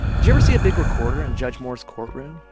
you ever see a big recorder in judge moore's courtroom?